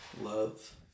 love